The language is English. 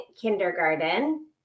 kindergarten